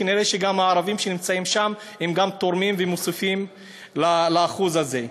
כנראה גם הערבים שנמצאים שם גם תורמים ומוסיפים לאחוז הזה.